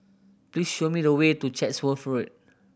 please show me the way to Chatsworth Road